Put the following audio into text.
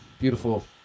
Beautiful